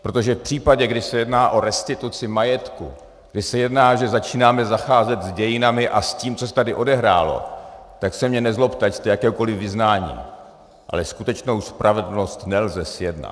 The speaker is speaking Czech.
Protože v případě, kdy se jedná o restituci majetku, kdy se jedná, že začínáme zacházet s dějinami a s tím, co se tady odehrálo, tak se na mě nezlobte, ať jste jakéhokoliv vyznání, ale skutečnou spravedlnost nelze zjednat.